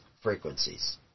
frequencies